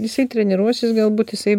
jisai treniruosis galbūt jisai